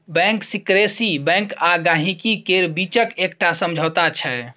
bank secrecy bank आ गांहिकी केर बीचक एकटा समझौता छै